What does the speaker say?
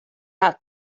ought